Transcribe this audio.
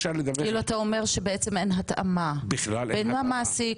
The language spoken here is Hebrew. זאת אומרת אתה אומר שאין התאמה בין המעסיק,